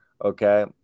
okay